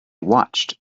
watched